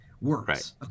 works